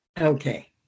Okay